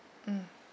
mm